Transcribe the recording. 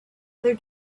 other